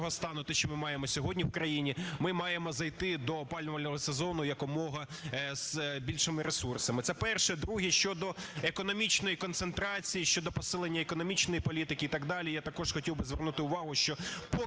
те, що ми маємо сьогодні в країні, ми маємо зайти до опалювального сезону якомога з більшими ресурсами. Це перше. Друге щодо економічної концентрації, щодо посилення економічної політики і так далі. Я також хотів би звернути увагу, що